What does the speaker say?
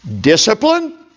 discipline